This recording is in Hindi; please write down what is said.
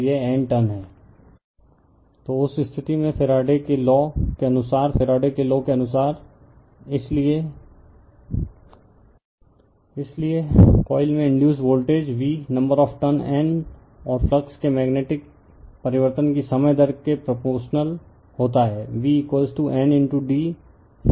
रिफर स्लाइड टाइम 3320 तो उस स्थिति में फैराडे लौ के अनुसार फैराडे लौ के अनुसार इसलिए कॉइल में induced voltage v number of turn N और फ्लक्स के मेग्नेटिक परिवर्तन की समय दर के प्रपोरशनल होता है v Nd d t